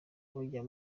bajya